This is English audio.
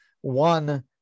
one